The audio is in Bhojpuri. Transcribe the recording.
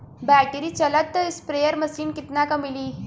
बैटरी चलत स्प्रेयर मशीन कितना क मिली?